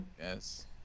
Yes